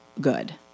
good